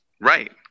Right